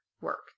work